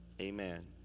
amen